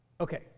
Okay